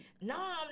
No